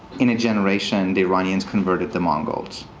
in a generation, the iranians converted the mongols.